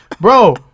Bro